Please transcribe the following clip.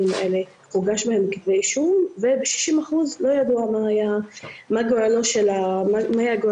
האלה הוגש כתבי אישום וב-60% לא ידוע מה היה גורלו של המקרה,